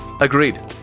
Agreed